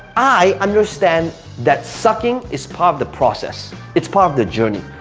i understand that sucking is part of the process, it's part of the journey.